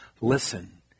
listen